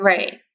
Right